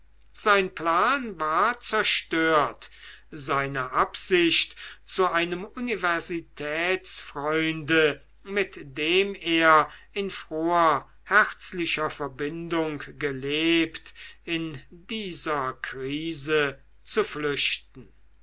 sein plan war zerstört seine absicht zu einem universitätsfreunde mit dem er in froher herzlicher verbindung gelebt in dieser krise zu flüchten